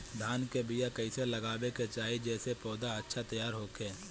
धान के बीया कइसे लगावे के चाही जेसे पौधा अच्छा तैयार होखे?